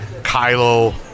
Kylo